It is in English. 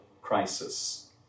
crisis